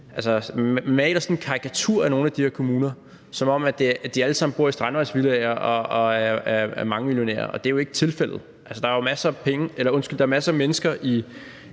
sådan en karikatur af nogle af de her kommuner, som om de alle sammen bor i strandvejsvillaer og er mangemillionærer, og det er jo ikke tilfældet. Der er jo masser af penge i